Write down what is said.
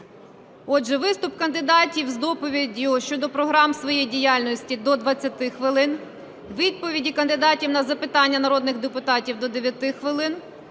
Отже, виступ кандидатів з доповіддю щодо програм своєї діяльності – до 20 хвилин, відповіді кандидатів на запитання народних депутатів – до 9 хвилини.